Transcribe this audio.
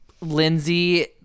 Lindsay